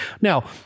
Now